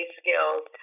skills